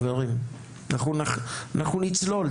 אנחנו נצלול.